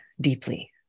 deeply